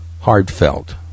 heartfelt